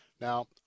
Now